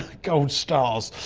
gold stars.